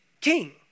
king